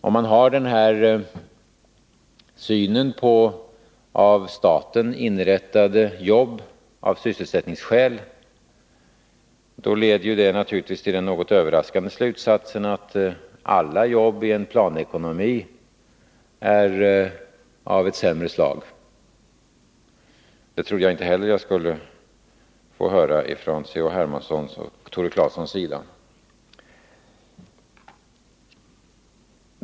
Denna syn på av staten av sysselsättningsskäl inrättade jobb leder naturligtvis till den något överraskande slutsatsen att alla jobb i en planekonomi är av ett sämre slag. Det trodde jag inte heller jag skulle få höra från C.-H. Hermanssons och Tore Claesons sida.